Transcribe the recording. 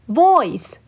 voice